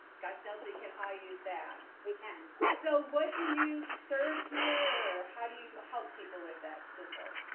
gosh knows we can all ah use that. we can. so what do you serve here or how do you help people with that simple?